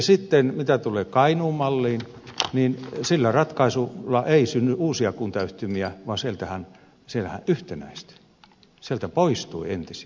sitten mitä tulee kainuun malliin niin sillä ratkaisulla ei synny uusia kuntayhtymiä vaan siellähän kuntarakenne yhtenäistyy sieltä poistuu entisiä